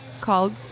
called